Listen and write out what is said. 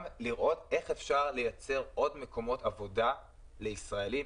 לראות איך אפשר לייצר עוד מקומות עבודה לישראלים,